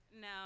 No